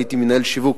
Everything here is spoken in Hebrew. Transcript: הייתי מנהל שיווק,